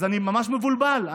אז אני ממש מבולבל,